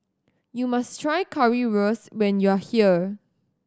you must try Currywurst when you are here